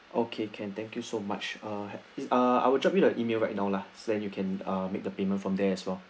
okay can thank you so much ah is ah I will drop you a email right now lah then you can make the payment from there as well